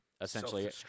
essentially